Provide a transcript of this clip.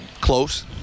close